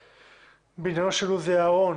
בעניינו של עוזי אהרון,